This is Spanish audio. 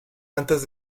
antes